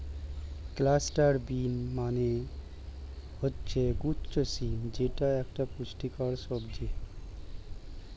cluster bean মানে হচ্ছে গুচ্ছ শিম যেটা একটা পুষ্টিকর সবজি